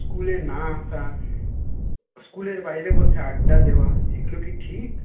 স্কুলে না আসা স্কুলের বাইরে বসে আড্ডা দেওয়া এগুলো কি ঠিক